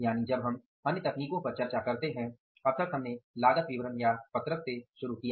यानि जब हम अन्य तकनीकों पर चर्चा करते हैं अब तक हमने लागत विवरण या पत्रक से शुरू किया